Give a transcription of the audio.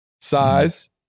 size